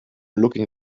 looking